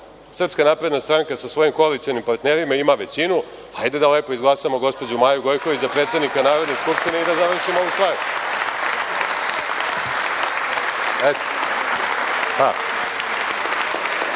Srpska napredna stranka sa svojim koalicionim partnerima ima većinu. Hajde da lepo izglasamo gospođu Maju Gojković za predsednika Narodne skupštine i da završimo ovu stvar.